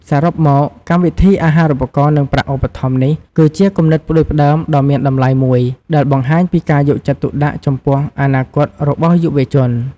សរុបមក កម្មវិធីអាហារូបករណ៍ និងប្រាក់ឧបត្ថម្ភនេះគឺជា គំនិតផ្ដួចផ្ដើមដ៏មានតម្លៃមួយ ដែលបង្ហាញពី ការយកចិត្តទុកដាក់ ចំពោះ អនាគតរបស់យុវជន។